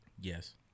yes